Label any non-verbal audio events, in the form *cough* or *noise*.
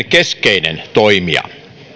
*unintelligible* keskeinen toimija